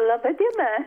laba diena